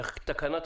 אי אפשר לחכות.